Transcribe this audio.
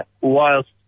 whilst